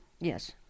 Yes